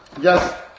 Yes